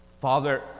Father